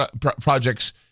projects